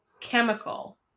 chemical